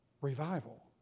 revival